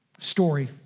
story